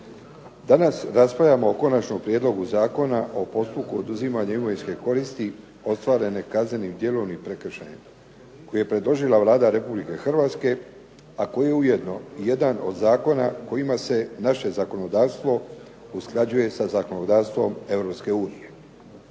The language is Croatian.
Danas raspravljamo o KOnačnom prijedlogu Zakona o postupku oduzimanja imovinske koristi ostvarene kaznenim djelom i prekršajem koji je predložila Vlada Republike Hrvatske a koji je ujedno jedan od zakona kojima se naše zakonodavstvo usklađuje sa zakonodavstvom EU.